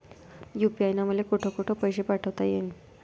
UPI न मले कोठ कोठ पैसे पाठवता येईन?